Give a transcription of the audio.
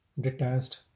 detached